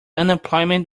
unemployment